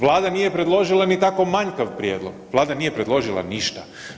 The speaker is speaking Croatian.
Vlada nije predložila ni tako manjkav prijedlog, Vlada nije predložila ništa.